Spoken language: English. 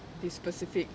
this specific